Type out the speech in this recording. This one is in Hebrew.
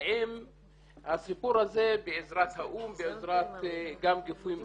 עם הסיפור הזה בעזרת האו"ם ובעזרת גופים בינלאומיים.